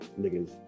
niggas